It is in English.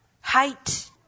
height